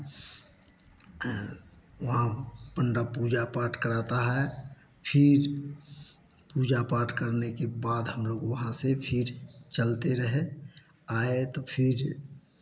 वहाँ पंडा पूजा पाठ कराता है फिर पूजा पाठ करने के बाद हम लोग वहाँ से फिर चलते रहे आए तो फिर